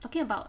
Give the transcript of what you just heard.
talking about